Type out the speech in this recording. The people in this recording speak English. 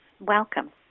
Welcome